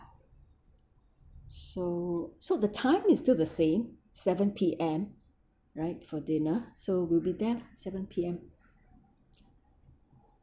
so so the time is still the same seven P_M right for dinner so we'll be there lah seven P_M